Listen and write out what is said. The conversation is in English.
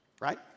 Right